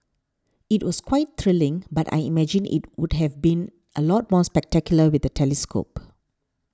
it was quite thrilling but I imagine it would have been a lot more spectacular with a telescope